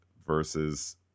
versus